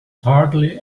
hardly